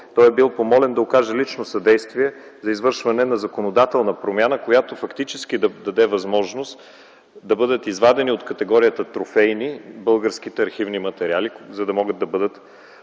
той е бил помолен да окаже лично съдействие за извършване на законодателна промяна, която фактически да даде възможност да бъдат извадени от категорията трофейни българските архивни материали, за да могат да бъдат